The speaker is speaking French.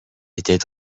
était